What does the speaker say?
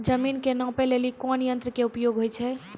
जमीन के नापै लेली कोन यंत्र के उपयोग होय छै?